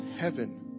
heaven